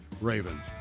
Ravens